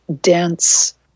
dense